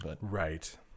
Right